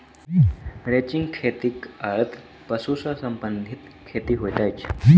ranching खेतीक अर्थ पशु सॅ संबंधित खेती होइत अछि